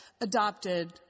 adopted